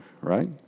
Right